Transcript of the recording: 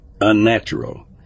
unnatural